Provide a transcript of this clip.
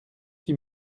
qui